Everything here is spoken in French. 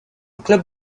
club